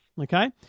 Okay